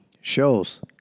Shows